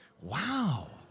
Wow